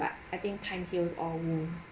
but I think time heals all wounds